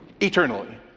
eternally